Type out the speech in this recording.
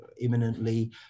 imminently